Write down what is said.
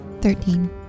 Thirteen